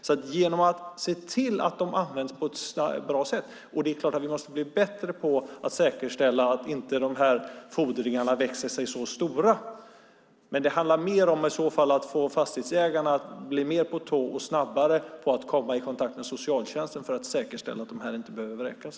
Vi måste också bli bättre på att säkerställa att fordringarna inte växer sig så stora, men det handlar om att få fastighetsägarna att bli mer alerta och snabbare på att komma i kontakt med socialtjänsten för att säkerställa att dessa personer inte behöver vräkas.